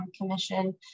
commission